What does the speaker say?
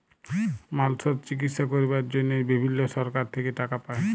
মালসর চিকিশসা ক্যরবার জনহে বিভিল্ল্য সরকার থেক্যে টাকা পায়